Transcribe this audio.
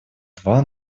два